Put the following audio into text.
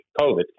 COVID